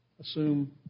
Assume